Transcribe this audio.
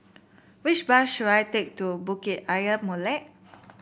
which bus should I take to Bukit Ayer Molek